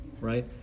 right